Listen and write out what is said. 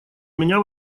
меня